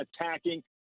attacking